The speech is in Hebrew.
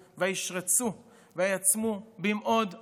וישרצו וירבו ויעצמו במאוד מאוד,